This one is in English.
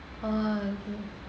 oh